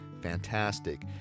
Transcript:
fantastic